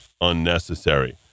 unnecessary